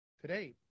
today